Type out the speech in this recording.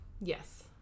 yes